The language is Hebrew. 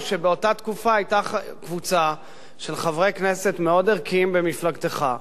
שבאותה תקופה היתה קבוצה של חברי כנסת מאוד ערכיים במפלגתך,